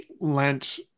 Lent